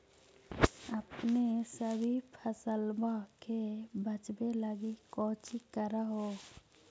अपने सभी फसलबा के बच्बे लगी कौची कर हो?